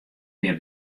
mear